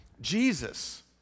Jesus